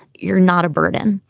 you're not a burden.